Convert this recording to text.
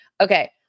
Okay